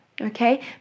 Okay